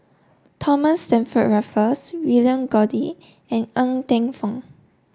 Thomas Stamford Raffles William Goode and Ng Teng Fong